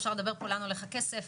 לאן הולך הכסף,